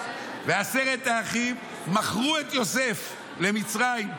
עשרת האחים מכרו את יוסף למצרים.